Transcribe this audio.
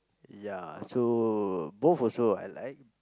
ya so both also I like